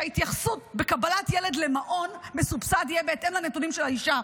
שההתייחסות בקבלת ילד למעון מסובסד תהיה בהתאם לנתונים של האישה.